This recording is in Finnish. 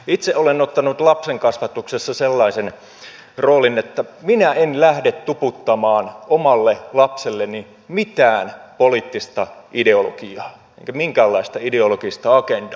itse olen ottanut lapsenkasvatuksessa sellaisen roolin että minä en lähde tuputtamaan omalle lapselleni mitään poliittista ideologiaa enkä minkäänlaista ideologista agendaa